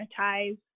monetize